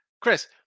Chris